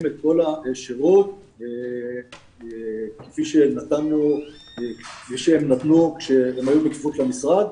את כל השירות כפי שהם נתנו כשהם היו בכפיפות למשרד.